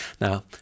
Now